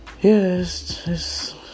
yes